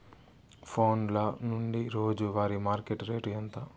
ఫోన్ల నుండి రోజు వారి మార్కెట్ రేటు ఎంత?